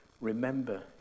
remember